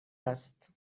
است